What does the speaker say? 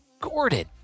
Gordon